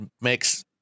makes